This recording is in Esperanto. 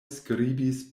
skribis